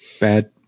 Bad